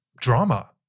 drama